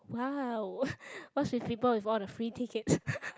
!wow! what's with people with all the free tickets